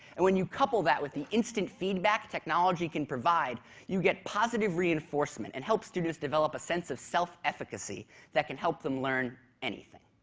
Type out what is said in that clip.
and when you couple that with the instant feedback technology can provide you get positive reinforcement and help students develop a sense of self-efficacy that can help them learn anything.